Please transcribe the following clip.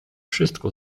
wszystko